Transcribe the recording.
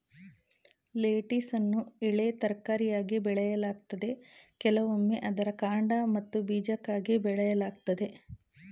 ಲೆಟಿಸನ್ನು ಎಲೆ ತರಕಾರಿಯಾಗಿ ಬೆಳೆಯಲಾಗ್ತದೆ ಕೆಲವೊಮ್ಮೆ ಅದರ ಕಾಂಡ ಮತ್ತು ಬೀಜಕ್ಕಾಗಿ ಬೆಳೆಯಲಾಗ್ತದೆ